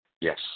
yes